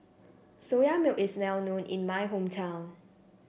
Soya Milk is well known in my hometown